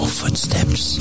footsteps